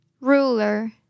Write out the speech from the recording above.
Ruler